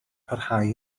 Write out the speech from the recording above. parhau